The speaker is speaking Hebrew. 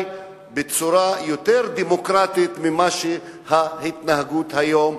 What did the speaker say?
בצורה יותר דמוקרטית מאשר ההתנהגות היום.